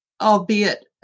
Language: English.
albeit